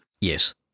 Yes